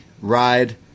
ride